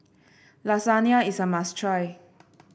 lasagna is a must try